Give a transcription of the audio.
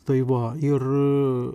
tai va ir